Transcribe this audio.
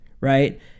right